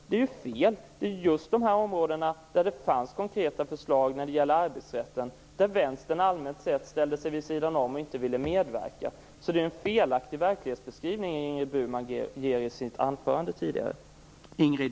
Det är fel, det är just i de här områdena det fanns konkreta förslag om arbetsrätten, där vänstern allmänt sett ställer sig vid sidan om och inte vill medverka. Det är en felaktig verklighetsbeskrivning Ingrid